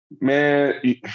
man